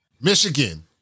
Michigan